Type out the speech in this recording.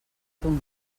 ton